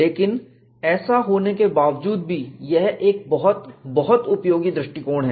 लेकिन ऐसा होने के बावजूद भी यह एक बहुत बहुत उपयोगी दृष्टिकोण है